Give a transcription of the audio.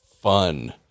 Fun